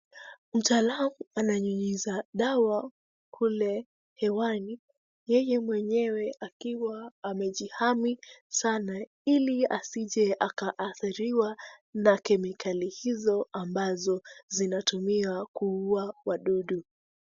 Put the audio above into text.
Mtaalamu ananyunyiza dawa kule hewani yeye mwenyewe akiwa amejihami sana. Ili asije akaadhiriwa na kemikali hizo ambazo zinatumiwa kuua wadudu.